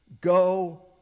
Go